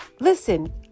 listen